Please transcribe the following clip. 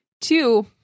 Two